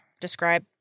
describe